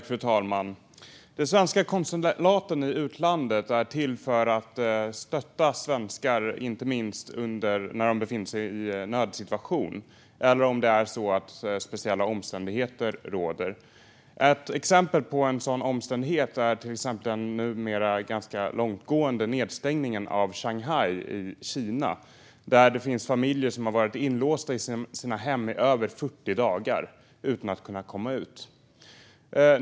Fru talman! De svenska konsulaten i utlandet är till för att stötta svenskar, inte minst när de befinner sig i en nödsituation eller om speciella omständigheter råder. Ett exempel på en sådan omständighet är den numera ganska långtgående nedstängningen av Shanghai i Kina, där det finns familjer som har varit inlåsta i sina hem i över 40 dagar utan att kunna komma ut.